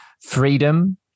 Freedom